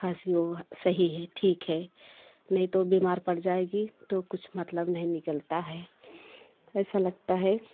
खासी वो सही है ठीक है नहीं तो बीमार पड़ जाएगी तो कुछ मतलब नहीं निकलता है ऐसा लगता है